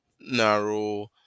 narrow